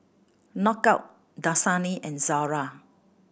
Knockout Dasani and Zara